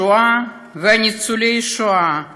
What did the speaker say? השואה וניצולי השואה